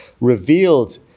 revealed